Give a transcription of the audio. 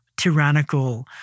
tyrannical